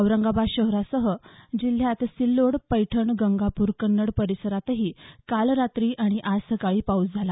औरंगाबाद शहरासह जिल्ह्यात सिल्लोड पैठण गंगापूर कन्नड परिसरातही काल रात्री आणि आज सकाळी पाऊस झाला